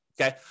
okay